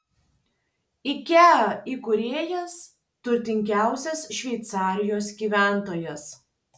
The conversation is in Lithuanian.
ikea įkūrėjas turtingiausias šveicarijos gyventojas